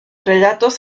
relatos